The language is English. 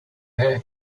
her